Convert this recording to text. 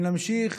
אם נמשיך